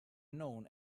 known